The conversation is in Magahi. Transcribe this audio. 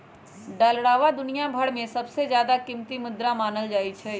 डालरवा दुनिया भर में सबसे ज्यादा कीमती मुद्रा मानल जाहई